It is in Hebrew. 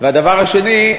והדבר השני,